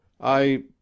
I